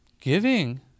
giving